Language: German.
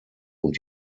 und